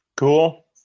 Cool